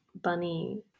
bunny